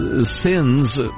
sins